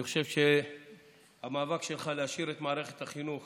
אני חושב שהמאבק שלך להשאיר את מערכת החינוך